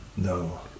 No